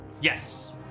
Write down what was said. Yes